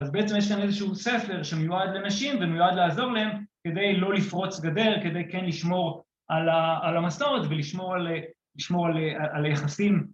‫אז בעצם יש כאן איזשהו ספר ‫שמיועד לנשים ומיועד לעזור להם ‫כדי לא לפרוץ גדר, ‫כדי כן לשמור על המסעות ‫ולשמור על היחסים.